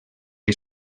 que